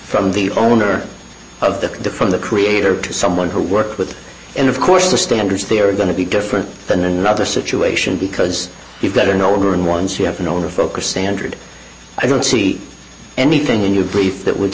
from the owner of the from the creator to someone who worked with and of course the standards they are going to be different than another situation because you've gotten older and once you have an older focus standard i don't see anything in your brief that would